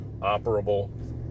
operable